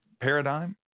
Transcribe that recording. paradigm